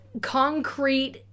concrete